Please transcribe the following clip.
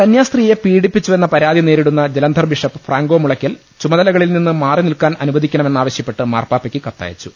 കന്യാസ്ത്രീയെ പീഡിപ്പിച്ചുവെന്ന പരാതി നേരിടുന്ന ജലന്ധർ ബിഷപ്പ് ഫ്രാങ്കോ മുളയ്ക്കൽ ചുമതലകളിൽ നിന്ന് മാറി നിൽക്കാൻ അനുവദിക്കണമെന്ന് ആവശ്യപ്പെട്ട് മാർപാപ്പയ്ക്ക് കത്തയച്ചു